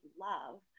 love